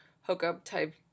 hookup-type